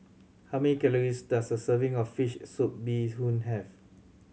how many calories does a serving of fish soup bee hoon have